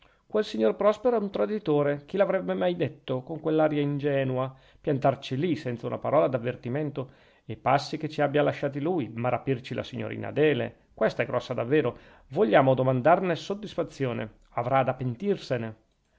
quel signor prospero è un traditore chi l'avrebbe mai detto con quell'aria ingenua piantarci lì senza una parola d'avvertimento e passi che ci abbia lasciati lui ma rapirci la signorina adele questa è grossa davvero vogliamo domandarne soddisfazione avrà da pentirsene